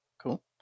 Cool